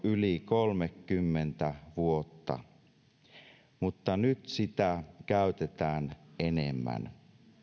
yli kolmekymmentä vuotta mutta nyt sitä käytetään enemmän